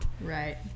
Right